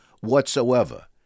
whatsoever